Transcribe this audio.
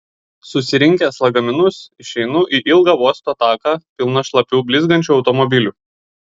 susirinkęs lagaminus išeinu į ilgą uosto taką pilną šlapių blizgančių automobilių